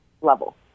level